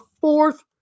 fourth